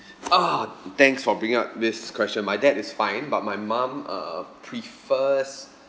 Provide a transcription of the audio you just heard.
ah thanks for bringing up this question my dad is fine but my mum uh prefers